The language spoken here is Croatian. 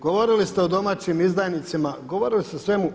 Govorili ste o domaćim izdajnicima, govorili ste o svemu.